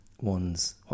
One's